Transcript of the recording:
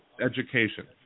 education